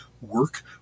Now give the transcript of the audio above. work